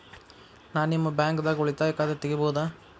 ನಾ ನಿಮ್ಮ ಬ್ಯಾಂಕ್ ದಾಗ ಉಳಿತಾಯ ಖಾತೆ ತೆಗಿಬಹುದ?